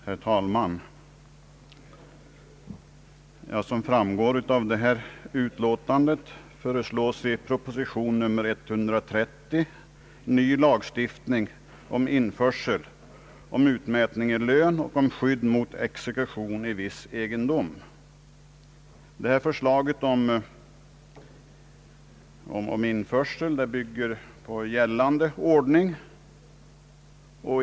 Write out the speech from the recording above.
Herr talman! Som framgår av förevarande utlåtande föreslås i proposition nr 130 ny lagstiftning om införsel, om utmätning i lön och om skydd mot exekution i viss egendom. Förslaget om införsel bygger på gällande ordning.